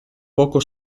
poco